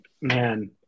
man